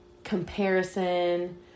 Comparison